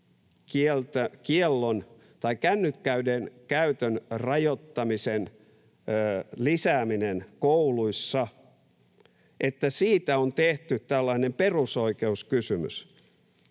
että kännyköiden käytön rajoittamisen lisäämisestä kouluissa on tehty tällainen perusoikeuskysymys